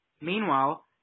Meanwhile